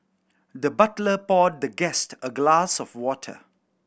the butler poured the guest a glass of water